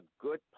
good